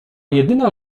jedyna